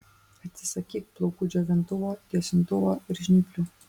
atsisakyk plaukų džiovintuvo tiesintuvo ir žnyplių